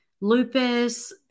lupus